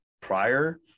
prior